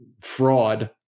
fraud